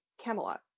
camelot